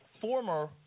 Former